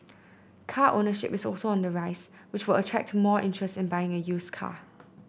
car ownership is also on the rise which will attract more interest in buying a used car